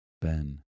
Ben